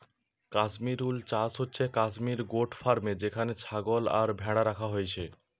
Kashmir wool চাষ হচ্ছে Kashmir goat ফার্মে যেখানে ছাগল আর ভ্যাড়া রাখা হইছে